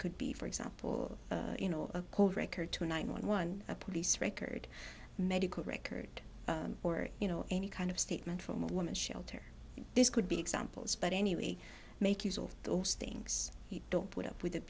could be for example or you know a record to a nine one one a police record medical record or you know any kind of statement from a women's shelter this could be examples but anyway make use of those things don't put up with a